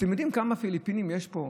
אתם יודעים כמה פיליפינים יש פה?